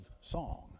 song